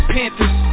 Panthers